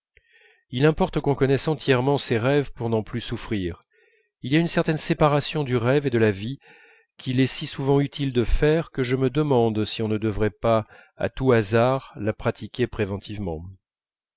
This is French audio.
il importe qu'on connaisse entièrement ses rêves pour n'en plus souffrir il y a une certaine séparation du rêve et de la vie qu'il est si souvent utile de faire que je me demande si on ne devrait pas à tout hasard la pratiquer préventivement